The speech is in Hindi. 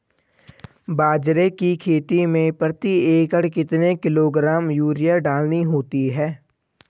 बाजरे की खेती में प्रति एकड़ कितने किलोग्राम यूरिया डालनी होती है?